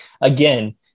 again